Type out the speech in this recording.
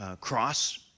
cross